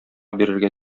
бирергә